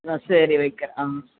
ஆ சரி வைக்கிறேன் ஆ